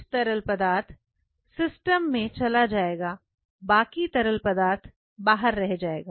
कुछ तरल पदार्थ सिस्टम में चला जाएगा बाकी तरल पदार्थ बाहर रह जाएगा